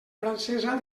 francesa